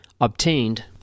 obtained